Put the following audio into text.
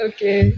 Okay